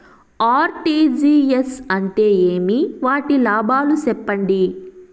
RTGS అంటే ఏమి? వాటి లాభాలు సెప్పండి?